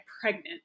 pregnant